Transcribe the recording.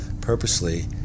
purposely